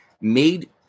made